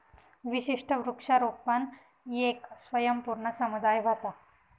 विशिष्ट वृक्षारोपण येक स्वयंपूर्ण समुदाय व्हता